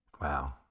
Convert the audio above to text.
Wow